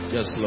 Yes